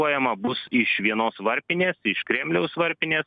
poema bus iš vienos varpinės iš kremliaus varpinė